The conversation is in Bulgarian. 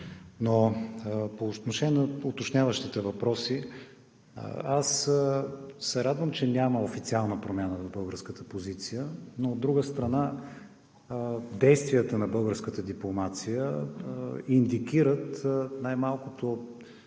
По отношение на уточняващите въпроси. Аз се радвам, че няма официална промяна в българската позиция, но, от друга страна, действията на българската дипломация най-малкото